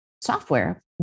software